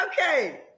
Okay